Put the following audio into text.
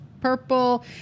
purple